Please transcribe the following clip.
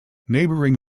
neighbouring